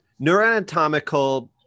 neuroanatomical